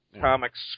comics